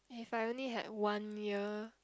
if I only had one meal